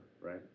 Right